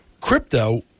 crypto